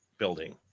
building